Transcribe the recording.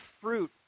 fruit